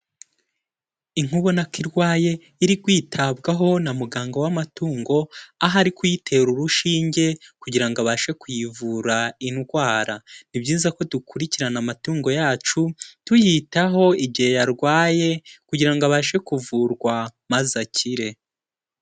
Inka ubona ko irwaye iri kwitabwaho na muganga w'amatungo aho ari kuyitera urushinge kugira ngo abashe kuyivura indwara, ni byiza ko dukurikirana amatungo yacu tuyitaho igihe yarwaye kugira ngo abashe kuvurwa maze akire.